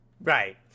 Right